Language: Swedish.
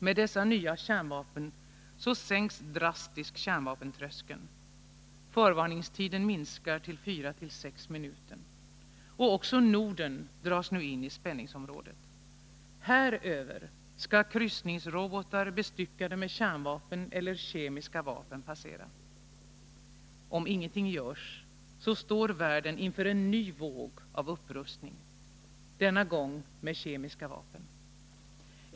Med dessa nya kärnvapen sänks drastiskt kärnvapentröskeln. Förvarningstiden minskar till 4-6 minuter. Också Norden dras nu in i spänningsområdet. Över Norden skall kryssningsrobotar, bestyckade med kärnvapen eller kemiska vapen, passera. Om ingenting görs, står världen inför en ny våg av upprustning — denna gång med kemiska vapen.